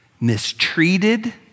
mistreated